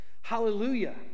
Hallelujah